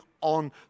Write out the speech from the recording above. on